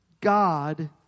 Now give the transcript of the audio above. God